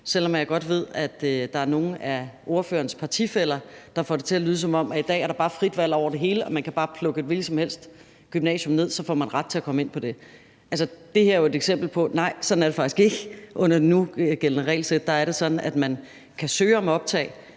selv om jeg godt ved, at der er nogle af ordførerens partifæller, der får det til at lyde, som om der i dag bare er frit valg over det hele, og at man bare kan plukke et hvilket som helst gymnasium ud, og så får man ret til at komme ind på det. Det her er jo et eksempel på, at det faktisk ikke er sådan. Under det nugældende regelsæt er det sådan, at man kan søge om optag,